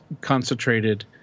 concentrated